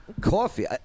Coffee